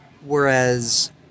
Whereas